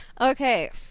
Okay